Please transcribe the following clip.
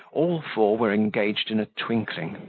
all four were engaged in a twinkling.